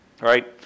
right